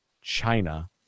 China